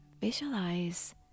Visualize